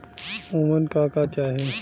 उमन का का चाही?